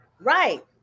right